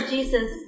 Jesus